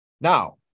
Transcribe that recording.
Now